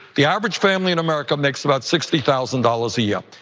the average family in america makes about sixty thousand dollars a year.